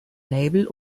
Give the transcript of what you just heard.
label